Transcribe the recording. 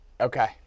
Okay